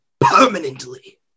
Permanently